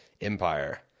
empire